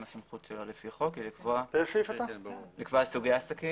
הסמכות של שר הפנים לפי חוק היא לקבוע את סוגי העסקים.